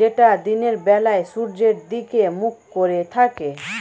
যেটা দিনের বেলায় সূর্যের দিকে মুখ করে থাকে